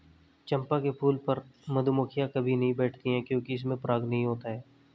चंपा के फूल पर मधुमक्खियां कभी नहीं बैठती हैं क्योंकि इसमें पराग नहीं होता है